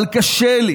אבל קשה לי